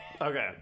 Okay